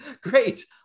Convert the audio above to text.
Great